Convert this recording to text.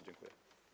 Dziękuję.